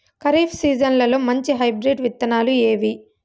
ఖరీఫ్ సీజన్లలో మంచి హైబ్రిడ్ విత్తనాలు ఏవి